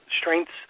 strengths